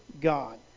God